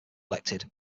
elected